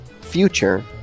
Future